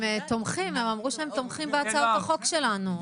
הם אמרו שהם תומכים בהצעת החוק שלנו.